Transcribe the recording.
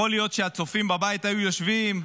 יכול להיות שהצופים בבית היו יושבים,